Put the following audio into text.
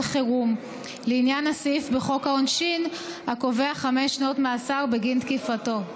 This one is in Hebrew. חירום" לעניין הסעיף בחוק העונשין הקובע חמש שנות מאסר בגין תקיפתו.